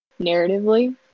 narratively